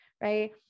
right